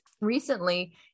recently